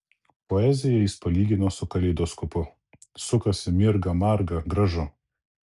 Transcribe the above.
poeziją jis palygino su kaleidoskopu sukasi mirga marga gražu